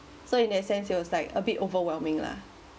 so in that sense it was like a bit overwhelming lah